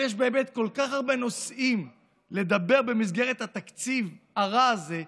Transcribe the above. יש באמת כל כך הרבה נושאים לדבר עליהם במסגרת התקציב הרע הזה,